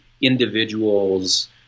individuals